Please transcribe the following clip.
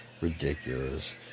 Ridiculous